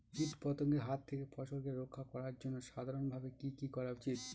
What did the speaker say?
কীটপতঙ্গের হাত থেকে ফসলকে রক্ষা করার জন্য সাধারণভাবে কি কি করা উচিৎ?